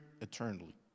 eternally